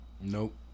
Nope